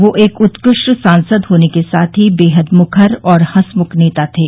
वे एक उत्कृष्ट सांसद होने के साथ ही बेहद मुखर और हसमुख नेता थे